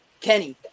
Kenny